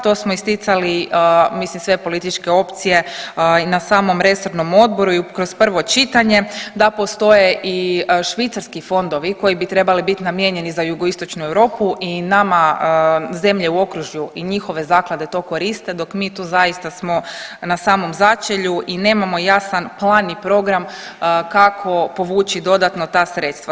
To smo isticali mislim sve političke opcije i na samom resornom odboru i kroz prvo čitanje da postoje i švicarski fondovi koji bi trebali biti namijenjeni za Jugoistočnu Europu i nama zemlje u okružju i njihove zaklade to koriste dok mi tu zaista smo na samom začelju i nemam jasan plan i program kako povući dodatno ta sredstva.